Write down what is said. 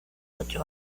otro